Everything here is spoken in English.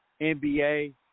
NBA